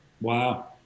Wow